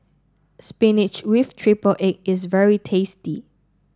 Spinach with Triple Egg is very tasty